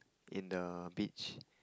in the beach